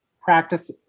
practice